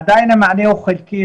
עדיין המענה הוא חלקי,